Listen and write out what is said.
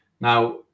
now